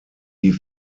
die